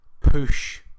push